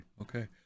Okay